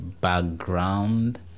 background